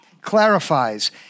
clarifies